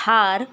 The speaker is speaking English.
Thar